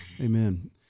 Amen